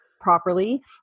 properly